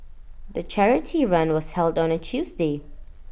the charity run was held on A Tuesday